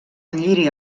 lliri